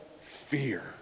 fear